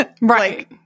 Right